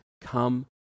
come